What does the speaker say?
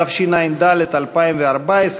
התשע"ד 2014,